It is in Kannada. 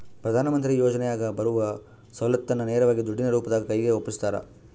ಪ್ರಧಾನ ಮಂತ್ರಿ ಯೋಜನೆಯಾಗ ಬರುವ ಸೌಲತ್ತನ್ನ ನೇರವಾಗಿ ದುಡ್ಡಿನ ರೂಪದಾಗ ಕೈಗೆ ಒಪ್ಪಿಸ್ತಾರ?